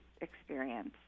experience